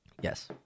Yes